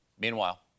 Meanwhile